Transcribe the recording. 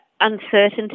uncertainty